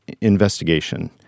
investigation